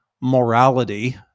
morality